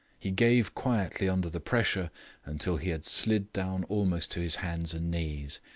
he gave quietly under the pressure until he had slid down almost to his hands and knees.